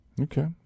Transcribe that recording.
Okay